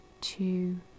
two